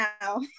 now